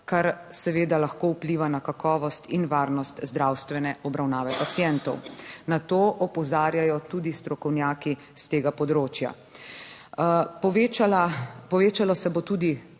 kar seveda lahko vpliva na kakovost in varnost zdravstvene obravnave pacientov. Na to opozarjajo tudi strokovnjaki s tega področja. Povečalo se bo tudi